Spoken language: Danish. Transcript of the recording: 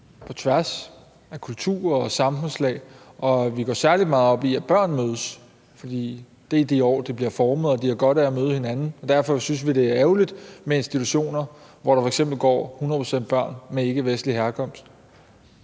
på tværs af kulturer og samfundslag, og vi går særlig meget op i, at børn mødes, fordi det er i de år, de bliver formet, og de har godt af at møde hinanden. Derfor synes vi, det er ærgerligt med institutioner, hvor der f.eks. går 100 pct. børn af ikkevestlig herkomst.